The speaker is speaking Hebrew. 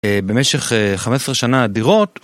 במשך 15 שנה אדירות